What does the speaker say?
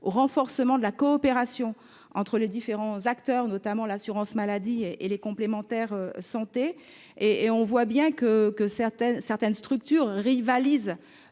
renforcement de la coopération entre les différents acteurs, notamment l’assurance maladie et les complémentaires santé. Certaines structures rivalisent